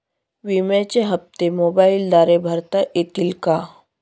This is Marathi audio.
विम्याचे हप्ते मोबाइलद्वारे भरता येतील का?